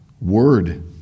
Word